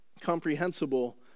comprehensible